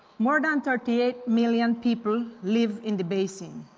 more than thirty eight million people live in the basin.